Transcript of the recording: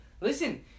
listen